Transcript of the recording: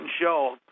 show